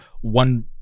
one